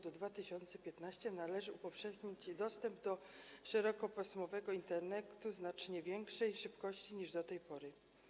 Do 2015 r. należy upowszechnić dostęp do szerokopasmowego Internetu znacznie większej szybkości niż do tej pory.